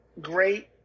great